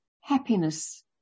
Happiness